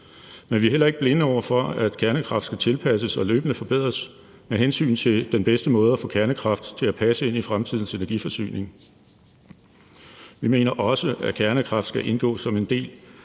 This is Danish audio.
men vi er heller ikke blinde over for, at kernekraften skal tilpasses og løbende forbedres med hensyn til den bedste måde at få kernekraften til at passe ind i fremtidens energiforsyning. Vi mener også, at kernekraft skal indgå som en del